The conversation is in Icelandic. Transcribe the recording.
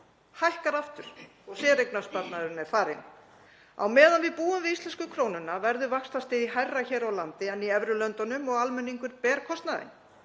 hækkar aftur og séreignarsparnaðurinn er farinn. Á meðan við búum við íslensku krónuna verður vaxtastig hærra hér á landi en í evrulöndunum og almenningur ber kostnaðinn.